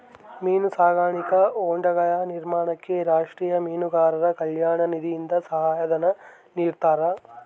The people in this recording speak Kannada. ಮೀನು ಸಾಕಾಣಿಕಾ ಹೊಂಡಗಳ ನಿರ್ಮಾಣಕ್ಕೆ ರಾಷ್ಟೀಯ ಮೀನುಗಾರರ ಕಲ್ಯಾಣ ನಿಧಿಯಿಂದ ಸಹಾಯ ಧನ ನಿಡ್ತಾರಾ?